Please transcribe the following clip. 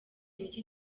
niki